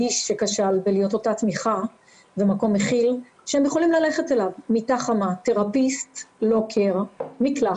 מוגבלת או מסכן את עצמו ברמה שהיא לא נופלת תחת